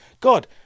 god